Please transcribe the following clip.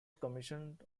commissioned